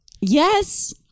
Yes